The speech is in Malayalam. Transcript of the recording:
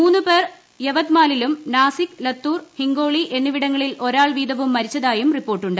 മൂന്ന് പേർ യവത്മാലിലും നാസിക് ലത്തൂർ ഹിംഗോളി എന്നിവിടങ്ങളിൽ ഒരാൾ വീതവും മരിച്ചതായും റിപ്പോർട്ടുണ്ട്